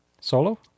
Solo